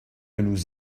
nous